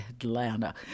Atlanta